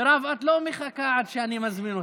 מירב, את לא מחכה עד שאני אזמין אותך.